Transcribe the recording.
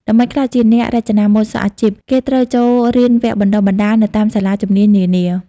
ដើម្បីក្លាយជាអ្នករចនាម៉ូដសក់អាជីព គេត្រូវចូលរៀនវគ្គបណ្ដុះបណ្ដាលនៅតាមសាលាជំនាញនានា។